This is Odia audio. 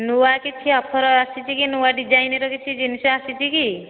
ନୂଆ କିଛି ଅଫର ଆସିଛି କି ନୂଆ ଡିଜାଇନ ର କିଛି ଜିନିଷ ଆସିଛି କି